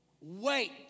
Wait